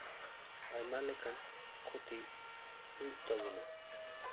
ᱟᱭᱢᱟ ᱞᱮᱠᱟᱱ ᱠᱷᱚᱛᱤ ᱦᱩᱭᱩᱜ ᱛᱟᱵᱚᱱᱟ